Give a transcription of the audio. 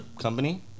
company